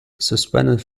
suspended